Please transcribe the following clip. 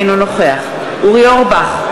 אינו נוכח אורי אורבך,